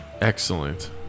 excellent